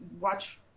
watch